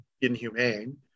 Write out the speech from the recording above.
inhumane